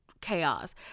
chaos